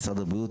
משרד הבריאות,